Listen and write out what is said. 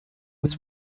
was